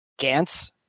Gantz